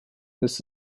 this